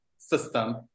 system